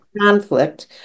conflict